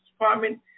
Department